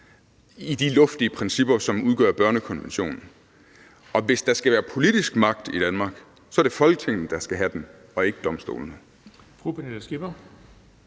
i de luftige principper, som udgør børnekonventionen. Og hvis der skal være politisk magt i Danmark, er det Folketinget, der skal have den, og ikke domstolene.